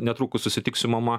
netrukus susitiksiu mama